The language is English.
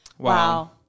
Wow